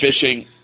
fishing